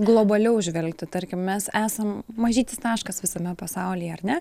globaliau žvelgti tarkim mes esam mažytis taškas visame pasaulyje ar ne